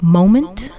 moment